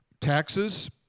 taxes